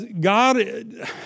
God